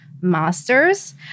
master's